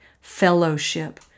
fellowship